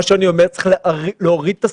אני אומר שצריך להוריד את הסמכויות.